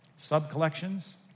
Sub-collections